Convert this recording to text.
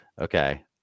Okay